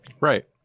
Right